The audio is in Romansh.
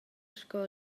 sco